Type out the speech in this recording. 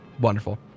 Wonderful